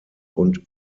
und